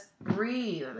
breathe